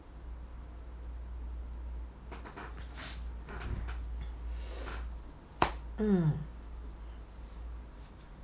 mm